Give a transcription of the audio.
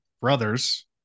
brothers